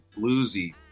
bluesy